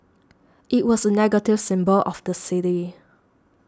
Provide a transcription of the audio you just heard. it was a negative symbol of the city